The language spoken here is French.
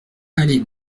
allée